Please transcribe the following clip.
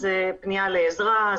זה פנייה לעזרה,